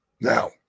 Now